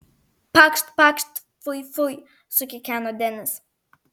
pakšt pakšt fui fui sukikeno denis